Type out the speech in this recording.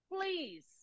please